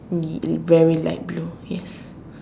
indeed very light blue yes